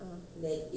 (uh huh)